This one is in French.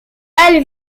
halle